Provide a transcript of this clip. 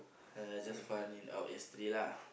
uh just find it out yesterday lah